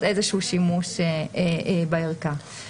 השימוש בא רק כדי לפענח את אותו אירוע.